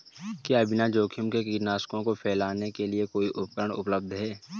क्या बिना जोखिम के कीटनाशकों को फैलाने के लिए कोई उपकरण उपलब्ध है?